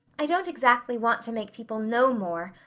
i don't exactly want to make people know more.